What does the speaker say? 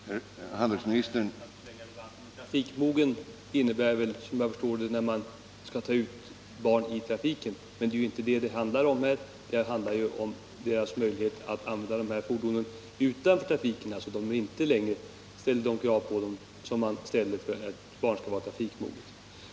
Herr talman! Jag skall inte förlänga debatten. Jag vill bara säga att med trafikmogen menas, såvitt jag förstår, att man kan släppa ut ett barn i trafiken. Men det är ju inte detta det handlar om, utan det handlar om deras möjligheter att använda de här fordonen utanför trafiken, där man inte längre ställer de krav på dem som man ställer på ett barn som skall anses vara trafikmoget.